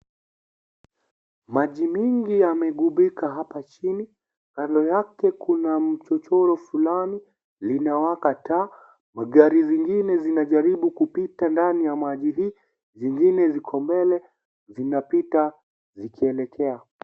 Maji mingi yamegubika hapa chini, kando yake kuna mchochoro fulani, linawaka taa , magari zingine zinaharibu kupita ndani ya maji hii, zingine ziko mbele zinapita zikielekea.